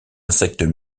insectes